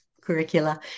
curricula